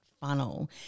funnel